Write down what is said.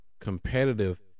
competitive